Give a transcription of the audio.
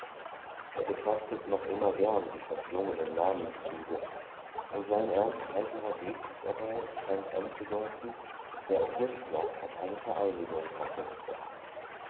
er betrachtet noch immer gern die verschlungenen namenszüge und sein ernstheiterer blick dabei scheint anzudeuten daß er auch jetzt noch auf eine vereinigung hoffe